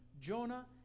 Jonah